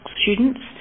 students